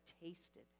tasted